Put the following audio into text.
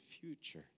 future